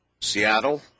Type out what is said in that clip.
Seattle